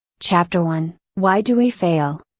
chapter one why do we fail?